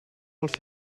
els